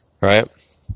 right